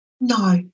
No